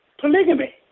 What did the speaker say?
polygamy